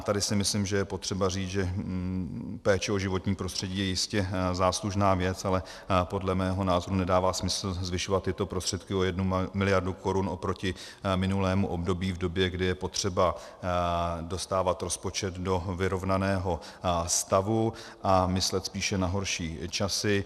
Tady si myslím, že je potřeba říct, že péče o životní prostředí je jistě záslužná věc, ale podle mého názoru nedává smysl zvyšovat tyto prostředky o 1 mld. korun oproti minulému období v době, kdy je potřeba dostávat rozpočet do vyrovnaného stavu a myslet spíše na horší časy.